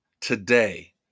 today